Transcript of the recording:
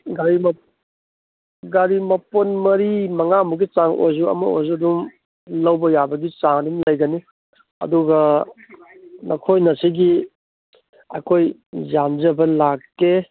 ꯒꯥꯔꯤ ꯃꯄꯣꯠ ꯃꯔꯤ ꯃꯉꯥꯃꯨꯛꯀꯤ ꯆꯥꯡ ꯑꯣꯏꯁꯨ ꯑꯃ ꯑꯣꯏꯁꯨ ꯑꯗꯨꯝ ꯂꯧꯕ ꯌꯥꯕꯗꯤ ꯆꯥꯡ ꯑꯗꯨꯝ ꯂꯩꯒꯅꯤ ꯑꯗꯨꯒ ꯃꯈꯣꯏꯅ ꯁꯤꯒꯤ ꯑꯩꯈꯣꯏ ꯌꯥꯟꯖꯕ ꯂꯥꯛꯀꯦ